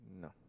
No